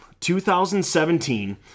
2017